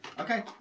Okay